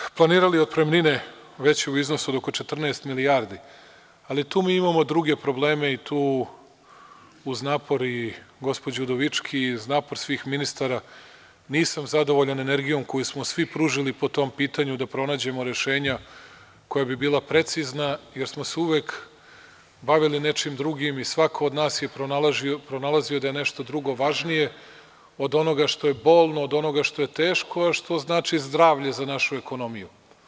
Mi smo planirali otpremnine veće u iznosu od oko 14 milijardi, ali tu mi imamo druge probleme i tu, uz napor gospođe Udovički i uz napor svih ministara, nisam zadovoljan energijom koju smo svi pružili po tom pitanju da pronađemo rešenja koja bi bila precizna, jer smo se uvek bavili nečim drugim i svako od nas je pronalazio da je nešto drugo važnije od onoga što je bolno, od onoga što je teško, a što znači zdravlje za našu ekonomiju.